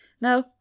No